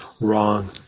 wrong